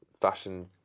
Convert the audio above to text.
fashion